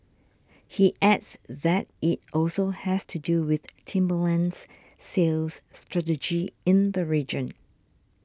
he adds that it also has to do with Timberland's sales strategy in the region